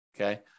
okay